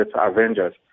Avengers